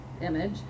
image